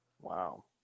wow